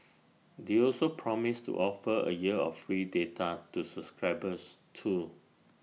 they also promised to offer A year of free data to subscribers too